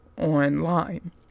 online